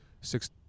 six